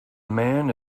man